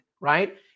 right